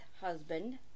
husband